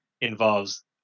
involves